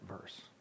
verse